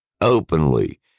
openly